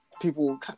people